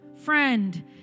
friend